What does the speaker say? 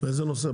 איזה נושא?